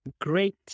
Great